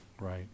right